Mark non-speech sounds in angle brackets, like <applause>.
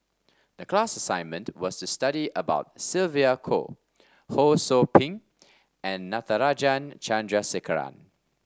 the class assignment was to study about Sylvia Kho Ho Sou <noise> Ping and Natarajan Chandrasekaran